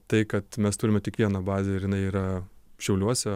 tai kad mes turime tik vieną bazę ir jinai yra šiauliuose